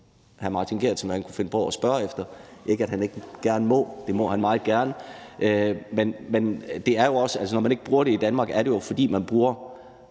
er det jo, fordi man bruger